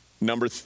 Number